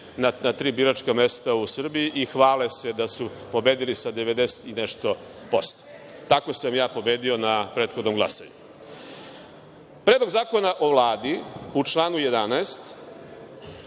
na tri biračka mesta u Srbiji i hvale se da su pobedili sa 90 i nešto posto. Tako sam ja pobedio na prethodnom glasanju. Predlog zakona o Vladu u članu 11.